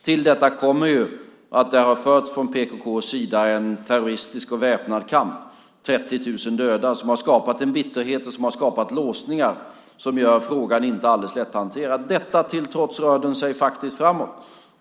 Till detta kommer att det från PKK:s sida har förts en terroristisk och väpnad kamp, med 30 000 döda, som har skapat en bitterhet och skapat låsningar som gör att frågan inte är alldeles lätthanterad. Detta till trots rör den sig faktiskt framåt.